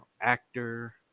actor